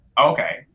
okay